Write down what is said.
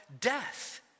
death